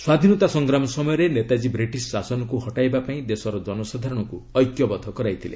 ସ୍ୱାଧୀନତା ସଂଗ୍ରାମ ସମୟରେ ନେତାଙ୍ଗୀ ବ୍ରିଟିଶ୍ ଶାସନକୁ ହଟେଇବା ପାଇଁ ଦେଶର ଜନସାଧାରଣଙ୍କୁ ଐକ୍ୟବଦ୍ଧ କରାଇଥିଲେ